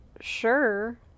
Sure